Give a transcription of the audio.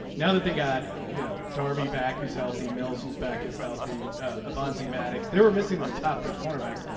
now that they got you know derby back who's healthy mills whose back is healthy vanity maddox. they were missing their top three cornerbacks.